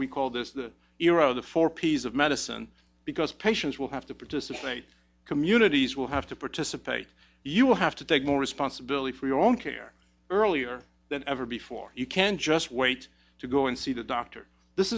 we call this the hero the four p s of medicine because patients will have to participate communities will have to participate you will have to take more responsibility for your own care earlier than ever before you can just wait to go and see the doctor this